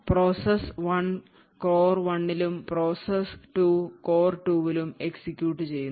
process 1 core 1 ലും process രണ്ട് core 2 ലും എക്സിക്യൂട്ട് ചെയ്യുന്നു